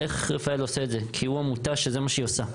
רפאל עושה את זה כי הוא עמותה שזה מה שהיא עושה,